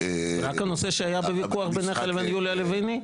--- רק הנושא שהיה בוויכוח בינך לבין יוליה לביני,